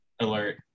alert